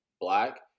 Black